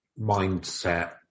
mindset